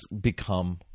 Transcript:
become